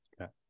Okay